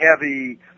heavy